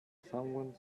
someone